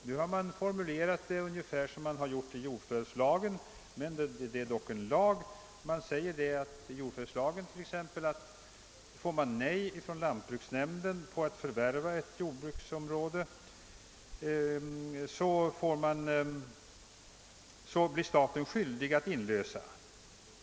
Nu har man formulerat det ungefär som man gjort i jordförvärvslagen, men denna är dock en lag. Man säger i jord förvärvslagen att om man får nej från lantbruksnämnden till att förvärva ett jordbruksområde så blir staten skyldig att inlösa om så begäres.